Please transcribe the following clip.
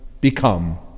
become